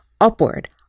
upward